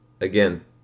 again